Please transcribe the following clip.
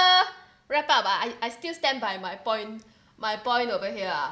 wrap up ah I I still stand by my point my point over here ah